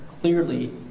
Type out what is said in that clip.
clearly